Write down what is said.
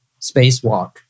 spacewalk